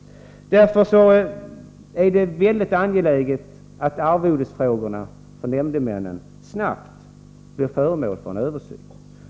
Det är därför angeläget att arvodesfrågorna snarast blir föremål för en översyn.